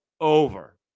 over